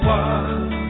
one